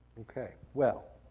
okay, well.